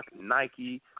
Nike